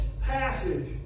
passage